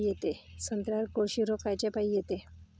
संत्र्यावर कोळशी रोग कायच्यापाई येते?